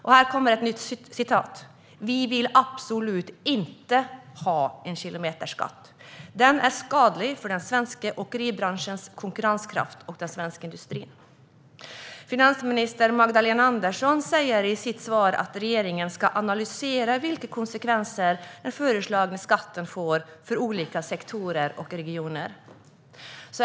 De säger att de absolut inte vill ha en kilometerskatt och att den är skadlig för den svenska åkeribranschens konkurrenskraft och den svenska industrin. Finansminister Magdalena Andersson säger i sitt svar att regeringen ska analysera vilka konsekvenser den föreslagna skatten får för olika sektorer och regioner.